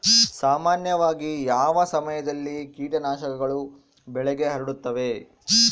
ಸಾಮಾನ್ಯವಾಗಿ ಯಾವ ಸಮಯದಲ್ಲಿ ಕೇಟನಾಶಕಗಳು ಬೆಳೆಗೆ ಹರಡುತ್ತವೆ?